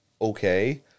okay